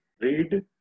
read